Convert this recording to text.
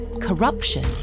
corruption